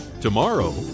Tomorrow